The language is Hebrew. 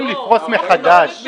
רוצים לפרוס מחדש.